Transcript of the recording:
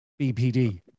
BPD